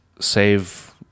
save